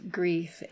grief